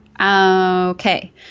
Okay